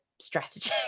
strategy